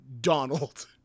Donald